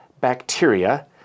bacteria